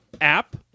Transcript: app